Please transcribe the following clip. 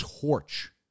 torch